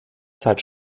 zeit